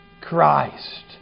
Christ